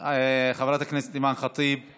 (מענק חד-פעמי להגדלת קצבאות הנכות לשנת 2020),